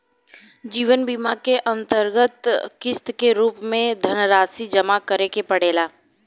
जीवन बीमा के अंतरगत किस्त के रूप में धनरासि जमा करे के पड़ेला